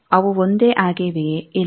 ಅವು ಒಂದೇ ಆಗಿವೆಯೇ ಇಲ್ಲ